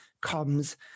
comes